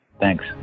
Thanks